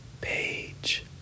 page